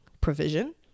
provision